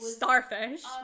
starfish